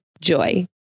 joy